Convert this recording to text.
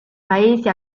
paesi